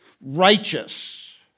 Righteous